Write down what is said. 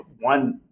one